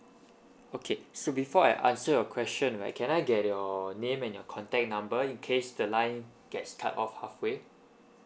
okay so before I answer your question right can I get your name and your contact number in case the line gets cut off halfway